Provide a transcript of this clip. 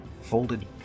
folded